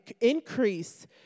increase